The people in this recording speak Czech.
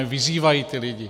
Vyzývají ty lidi.